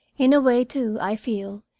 in a way, too, i feel,